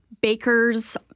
bakers